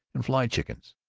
and fly chickens.